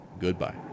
goodbye